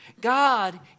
God